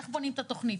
איך בונים את התוכנית,